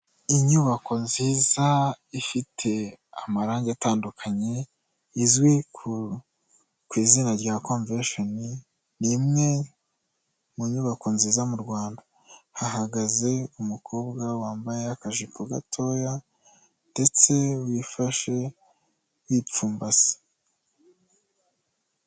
Inyubako nziza ifite amarangi atandukanye izwi ku izina rya conveshoni. Ni imwe mu nyubako nziza mu Rwanda, hahagaze umukobwa wambaye akajipo gatoya ndetse wifashe yipfumbase.